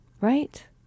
Right